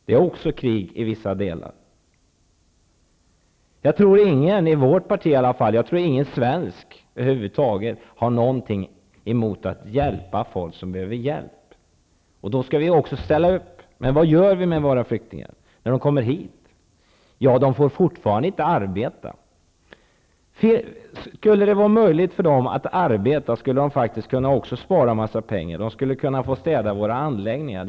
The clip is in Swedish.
Det är krig i vissa delar av landet även där. Jag tror inte att någon i vårt parti eller någon svensk över huvud taget har någonting emot att hjälpa folk som behöver hjälp. Men då skall vi också ställa upp. Vad gör vi med våra flyktingar när de kommer hit? De får fortfarande inte arbeta. Om det vore möjligt för dem att arbeta, skulle de kunna spara pengar. De skulle kunna få städa våra anläggningar t.ex.